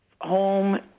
home